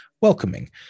welcoming